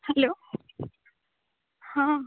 hello ହଁ